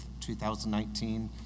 2019